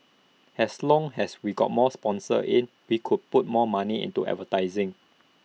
as long as we got more sponsors in we could put more money into advertising